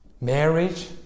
marriage